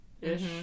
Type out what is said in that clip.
ish